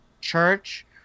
church